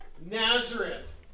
Nazareth